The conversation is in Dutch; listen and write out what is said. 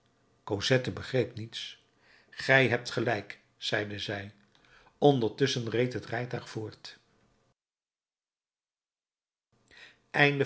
cosette begreep niets gij hebt gelijk zeide zij ondertusschen reed het rijtuig voort